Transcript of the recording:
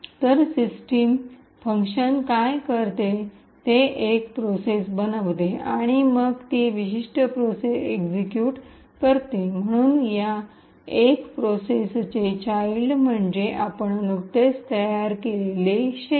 तर system function काय करते ते एक प्रोसेस बनवते आणि मग ती विशिष्ट प्रोसेस एक्सिक्यूट करते म्हणूनच या "१" प्रोसेसचे चाईल्ड म्हणजे आपण नुकतेच तयार केलेले शेल